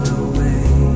away